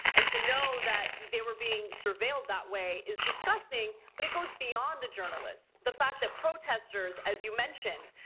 and to know that they were being surveilled that way is disgusting. but it goes beyond the journalists. the fact that protesters as you mentioned,